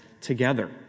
together